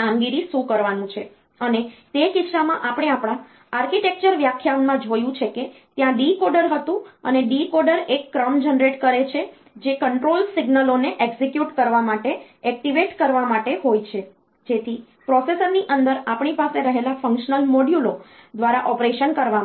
કામગીરી શું કરવાનું છે અને તે કિસ્સામાં આપણે આપણા આર્કિટેક્ચર વ્યાખ્યાનમાં જોયું છે કે ત્યાં ડીકોડર હતું અને ડીકોડર એક ક્રમ જનરેટ કરે છે જે કંટ્રોલ સિગ્નલોને એક્ઝેક્યુટ કરવા માટે એક્ટિવેટ કરવા માટે હોય છે જેથી પ્રોસેસરની અંદર આપણી પાસે રહેલા ફંક્શનલ મોડ્યુલો દ્વારા ઓપરેશન કરવામાં આવે